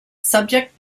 subject